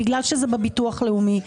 בגלל שזה בביטוח הלאומי.